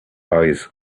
eyes